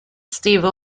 steve